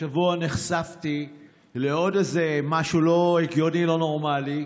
השבוע נחשפתי לעוד משהו לא הגיוני, לא נורמלי.